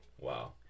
Wow